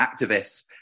activists